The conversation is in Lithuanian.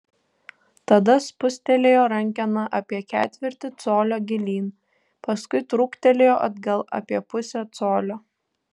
tada spustelėjo rankeną apie ketvirtį colio gilyn paskui trūktelėjo atgal apie pusę colio